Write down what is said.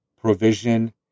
provision